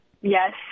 yes